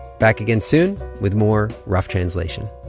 back again soon with more rough translation